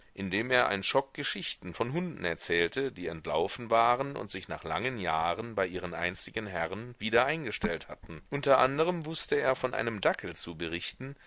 indem er ein schock geschichten von hunden erzählte die entlaufen waren und sich nach langen jahren bei ihren einstigen herren wieder eingestellt hatten unter anderem wußte er von einem dackel zu berichten